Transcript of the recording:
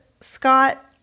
Scott